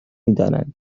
میدانند